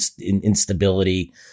instability